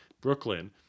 Brooklyn